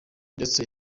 ndetse